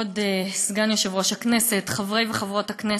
כבוד סגן יושב-ראש הכנסת, חברי וחברות הכנסת,